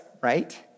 right